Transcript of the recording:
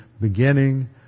beginning